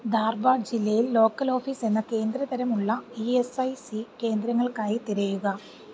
ധാർവാഡ് ജില്ലയിൽ local office എന്ന കേന്ദ്ര തരമുള്ള ഇ എസ് ഐ സി കേന്ദ്രങ്ങൾക്കായി തിരയുക